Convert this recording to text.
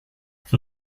for